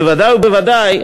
בוודאי ובוודאי,